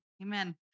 Amen